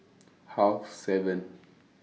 Half seven